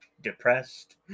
depressed